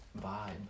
vibe